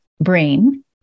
brain